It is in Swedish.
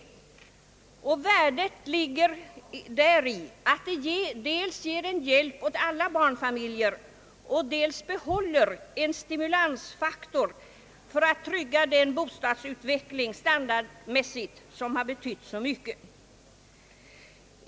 Värdet av denna reform ligger däri, att den dels ger en hjälp åt alla barnfamiljer och dels behåller en stimulansfaktor för att trygga den bostadsutveckling standardmässigt, som har betytt så mycket.